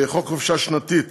חוק חופשה שנתית